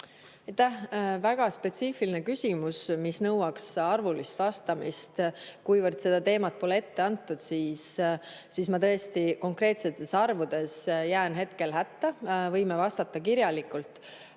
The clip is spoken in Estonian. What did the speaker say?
Väga spetsiifiline küsimus, mis nõuaks arvulist vastamist. Kuivõrd seda teemat pole ette antud, siis ma tõesti konkreetsetes arvudes jään hetkel hätta. Võime vastata kirjalikult,